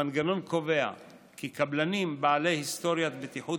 המנגנון קובע כי קבלנים בעלי היסטוריית בטיחות